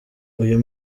uyu